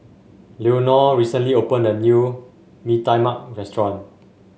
Leonore recently opened a new Mee Tai Mak restaurant